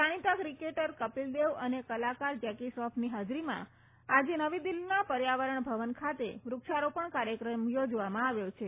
જાણીતા ક્રિકેટર કપિલદેવ અને કલાકાર જેકી શ્રોફની ફાજરીમાં આજે નવી દિલ્ફીના પર્યાવરણ ભવન ખાતે વૃક્ષારોપણ કાર્યક્રમ યોજવામાં આવ્યો છે